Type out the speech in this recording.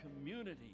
community